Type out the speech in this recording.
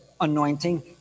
anointing